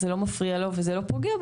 זה לא מפריע לו וזה לא פוגע בו,